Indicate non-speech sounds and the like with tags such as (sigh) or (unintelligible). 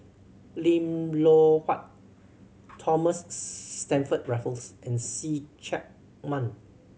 Lim Loh Huat Thomas (unintelligible) Stamford Raffles and See Chak Mun